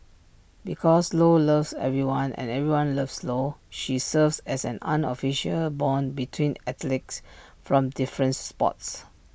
because lo loves everyone and everyone loves lo she serves as an unofficial Bond between athletes from different sports